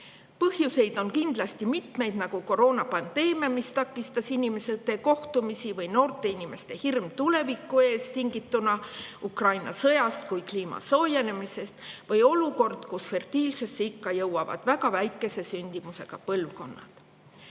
Põhjuseid on kindlasti mitmeid: koroonapandeemia, mis takistas inimeste kohtumisi, või noorte inimeste hirm tuleviku ees, tingituna nii Ukraina sõjast kui ka kliima soojenemisest, või olukord, kus fertiilsesse ikka jõuavad väga väikese sündimusega põlvkonnad.